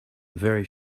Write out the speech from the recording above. very